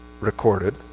recorded